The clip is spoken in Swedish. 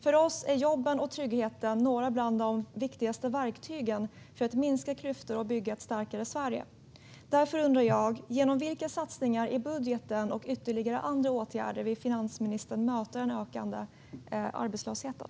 För oss hör jobben och tryggheten till de viktigaste verktygen för att minska klyftor och bygga ett starkare Sverige. Därför undrar jag: Genom vilka satsningar i budgeten och ytterligare åtgärder vill finansministern möta den ökande arbetslösheten?